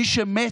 מי שמת,